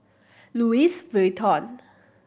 Louis Vuitton